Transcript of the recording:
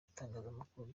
itangazamakuru